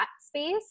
space